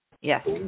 Yes